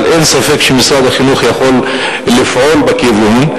אבל אין ספק שמשרד החינוך יכול לפעול בכיוון,